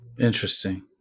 Interesting